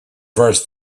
first